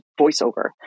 voiceover